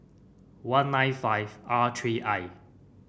one nine five R three I